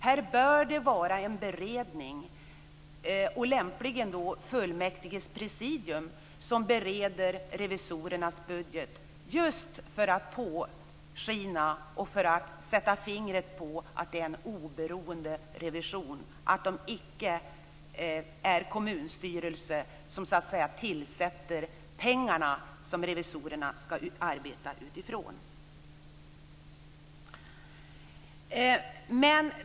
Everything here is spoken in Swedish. Här bör det vara en beredning, och lämpligen då fullmäktiges presidium, som bereder revisorernas budget just för att sätta fingret på att det är en oberoende revision, att det icke är kommunstyrelsen, som så att säga tillsätter pengarna som revisorerna skall arbeta utifrån.